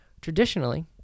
Traditionally